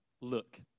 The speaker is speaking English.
look